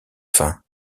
fin